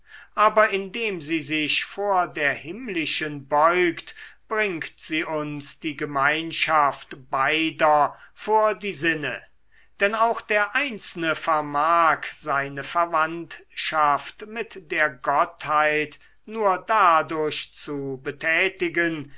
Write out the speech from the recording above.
aber indem sie sich vor der himmlischen beugt bringt sie uns die gemeinschaft beider vor die sinne denn auch der einzelne vermag seine verwandtschaft mit der gottheit nur dadurch zu betätigen